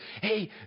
Hey